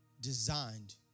designed